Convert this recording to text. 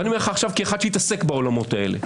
ואני אומר לך עכשיו כאחד שהתעסק בעולמות האלה,